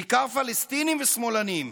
בעיקר פלסטינים ושמאלנים.